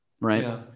right